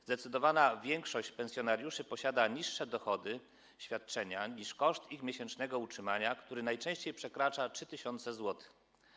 Zdecydowana większość pensjonariuszy ma niższe dochody, świadczenia, niż wynosi koszt ich miesięcznego utrzymania, który najczęściej przekracza 3 tys. zł.